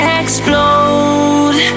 explode